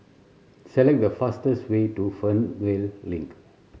select the fastest way to Fernvale Link